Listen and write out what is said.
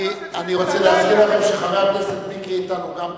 אני רוצה להזכיר לכם שחבר הכנסת מיקי איתן הוא גם בליכוד,